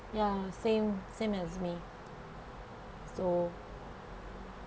ya ya same same as me so